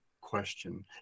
question